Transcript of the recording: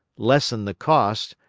lessen the cost,